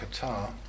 Qatar